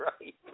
right